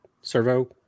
servo